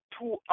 two